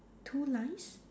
two lines